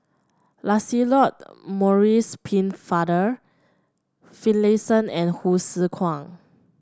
Lancelot Maurice Pennefather Finlayson and Hsu Tse Kwang